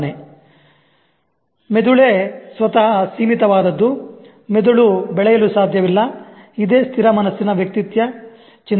"ಮೆದುಳೇ ಸ್ವತಹ ಸೀಮಿತವಾದದ್ದು ಮೆದುಳು ಬೆಳೆಯಲು ಸಾಧ್ಯವಿಲ್ಲ" ಇದೆ ಸ್ಥಿರ ಮನಸ್ಸಿನ ವ್ಯಕ್ತಿಯ ಚಿಂತನೆ